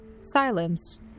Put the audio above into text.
silence